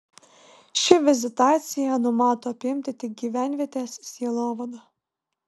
ši vizitacija numato apimti tik gyvenvietės sielovadą